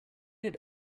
did